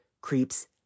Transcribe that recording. creeps